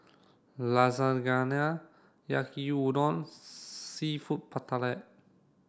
Lasagna Yaki Udon and Seafood Paella